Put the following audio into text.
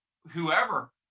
whoever